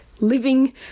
living